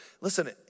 Listen